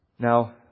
Now